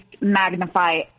magnify